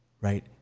right